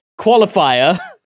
qualifier